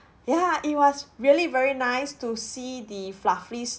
ya it was really very nice to see the fluffy